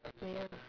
merah